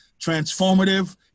transformative